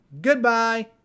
Goodbye